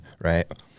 right